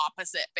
opposite